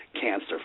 cancer